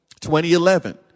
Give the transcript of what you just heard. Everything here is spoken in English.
2011